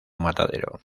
matadero